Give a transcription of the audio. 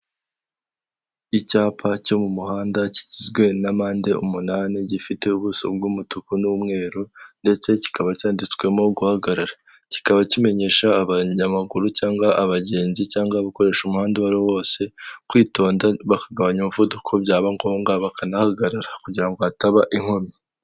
Icyapa cyo mu muhanda kigizwe n'pande umunani gifite ubuso bw'umutuku n'umweru, ndetse kikaba cyanditswemo guhagarara, kikaba kimenyesha abanyamaguru cyangwa abagenzi cyangwa gukoresha umuhanda uwa ariwo wose, kwitonda bagabanya umuvuduko byaba ngombwa bakanahagarara kugira hataba inkomyi.